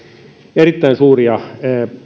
erittäin suuria